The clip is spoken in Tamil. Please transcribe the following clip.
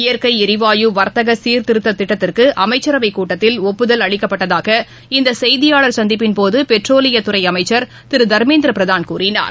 இயற்கைஎரிவாயு வர்த்தகசீர்திருத்ததிட்டத்திற்குஅமைச்சரவைக் கூட்டத்தில் ஒப்புதல் அளிக்கப்பட்டதாக இந்தசெய்தியாளர் சந்திப்பின் போதபெட்ரோலியத் துறைஅமைச்சர் திருதர்மேந்திரபிரதாள் கூறினார்